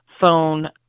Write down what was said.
phone